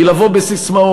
כי לבוא בססמאות,